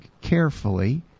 carefully